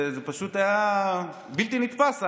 זה בלתי נתפס,